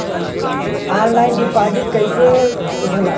Online deposit कैसे होला?